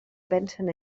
pensen